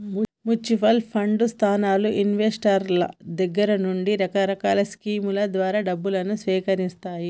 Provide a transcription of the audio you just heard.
mutual fund సంస్థలు ఇన్వెస్టర్ల దగ్గర నుండి రకరకాల స్కీముల ద్వారా డబ్బును సేకరిత్తాయి